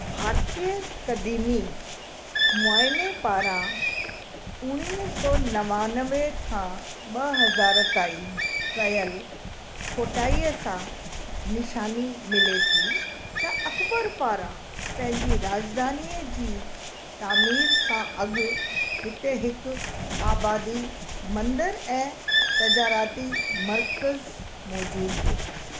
भारतीय कदिमी मुआइने पारा उणिवीह सौ नवानवे खां ॿ हज़ार ताईं कयल खोटाईअ सां निशानी मिले थी त अक़बर पारा पंहिंजी राजधानीअ जी तामिर सां अॻु हिते हिकु आबादी मंदिर ऐं तजाराती मर्कज़ मौज़ूदु हो